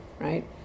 right